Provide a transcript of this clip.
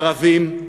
ערבים,